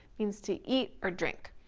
means to eat or drink.